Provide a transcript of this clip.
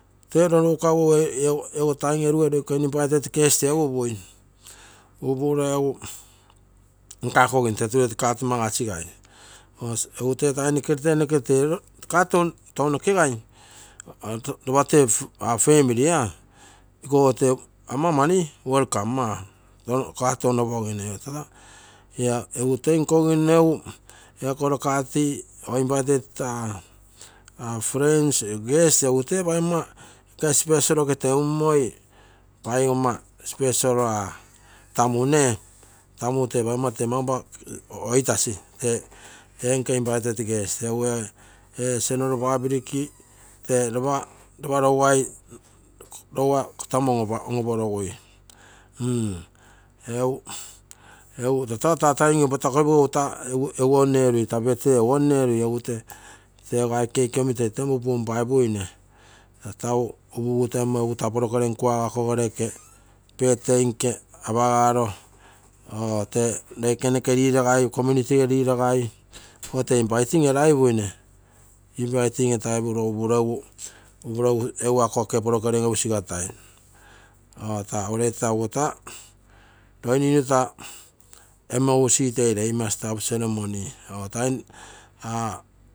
Time erugu ee invited guest ee oupui, upuro egu nkakogim tee invited guest, egu tee time nokegere tee nokekene tee card tounokegai lopa tee famly ikogo tee ama mani welcome. Egu toi nkogino tee card teummoi, tee special tamu pougomma tee mau oitasi. Egu ee general public lopa rougai tamu on oporogui, egu tata taa time egu patakoipui tee tamu egu on erui, teego aike cake omi tee temmo punpaipuine, egu taa poogram kuago ako nke birthday apagaro, egu ako program egu sigatai loi ninu taa moc toi rei master of ceremony.